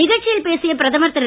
நிகழ்ச்சியில் பேசிய பிரதமர் திரு